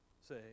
say